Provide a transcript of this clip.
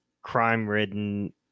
crime-ridden